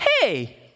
hey